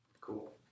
Cool